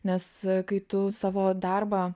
nes kai tu savo darbą